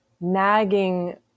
nagging